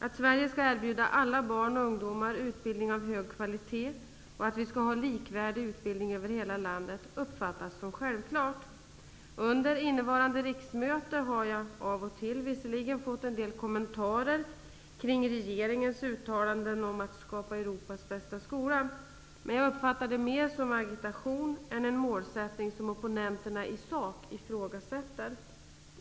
Att Sverige skall erbjuda alla barn och ungdomar utbildning av hög kvalitet och att vi skall ha likvärdig utbildning över hela landet uppfattas som självklart. Under innevarande riksmöte har jag visserligen av och till fått en del kommentarer kring regeringens uttalanden om att skapa Europas bästa skola, men jag uppfattar det inte som en målsättning som opponenterna i sak ifrågasätter utan mer som agitation.